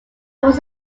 was